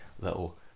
little